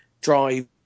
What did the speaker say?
drive